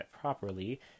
properly